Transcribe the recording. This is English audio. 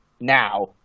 now